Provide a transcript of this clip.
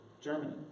Germany